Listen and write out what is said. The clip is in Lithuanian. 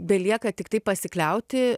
belieka tiktai pasikliauti